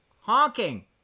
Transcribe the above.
honking